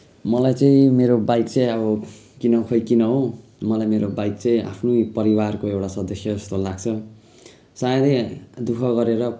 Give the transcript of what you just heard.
मलाई चाहिँ मेरो बाइक चाहिँ अब किन खोइ किन हो मलाई मेरो बाइक चाहिँ आफ्नै परिवारको एउटा सदस्य जस्तो लाग्छ सायदै दुःख गरेर